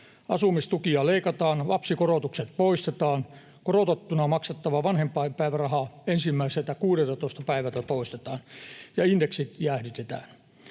asumistukia leikataan, lapsikorotukset poistetaan, korotettuna maksettava vanhempainpäiväraha ensimmäiseltä 16 päivältä poistetaan ja indeksit jäädytetään.